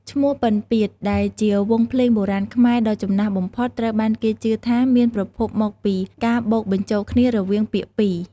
ឈ្មោះ "ពិណពាទ្យ" ដែលជាវង់ភ្លេងបុរាណខ្មែរដ៏ចំណាស់បំផុត ត្រូវបានគេជឿថាមានប្រភពមកពីការបូកបញ្ចូលគ្នារវាងពាក្យពីរ។